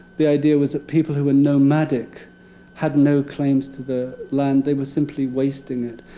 the idea was that people who were nomadic had no claims to the land. they were simply wasting it.